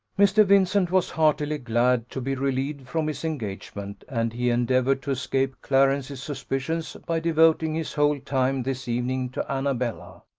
mr. vincent was heartily glad to be relieved from his engagement, and he endeavoured to escape clarence's suspicions, by devoting his whole time this evening to annabella,